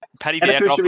Paddy